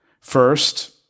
First